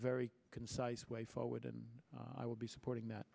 very concise way forward and i will be supporting that